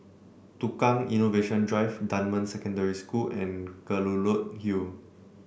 Tukang Innovation Drive Dunman Secondary School and Kelulut Hill